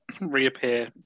reappear